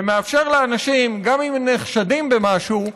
ומאפשר לאנשים, גם אם הם נחשדים במשהו,